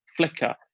Flickr